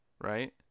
right